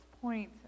point